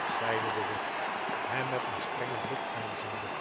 zeide de witt hem met een strengen blik aanziende